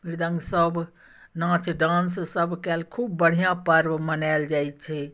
मृदङ्ग सभ नाच डांससभ कयल खूब बढ़िआँ पर्व मनायल जाइत छै